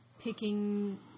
picking